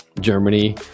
germany